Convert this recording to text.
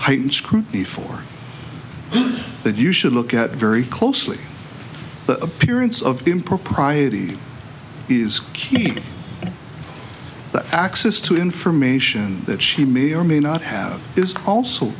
heightened scrutiny for that you should look at very closely the appearance of impropriety is keen that access to information that she may or may not have is also